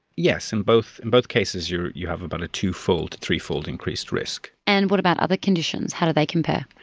yes, in both and both cases you you have about a two-fold, three-fold increased risk. and what about other conditions, how do they compare?